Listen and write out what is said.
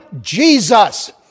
Jesus